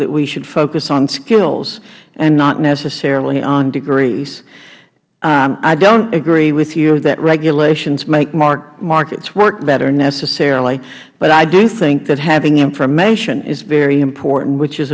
that we should focus on skills and not necessarily on degrees i don't agree with you that regulations make markets work better necessarily but i do think that having information is very important which is